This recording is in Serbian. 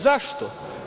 Zašto?